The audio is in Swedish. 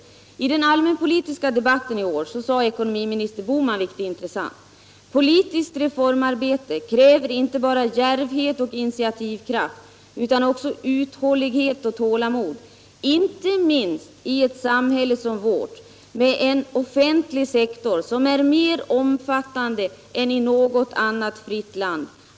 Om finansieringen I den allmänpolitiska debatten i höst sade ekonomiminister Bohman: = avvissa kommunala ”Politiskt reformarbete kräver inte bara djärvhet och initiativkraft utan — byggnadsprojekt också uthållighet och tålamod. Inte minst i ett samhälle som vårt med en offentlig sektor som är mer omfattande än i något annat fritt land.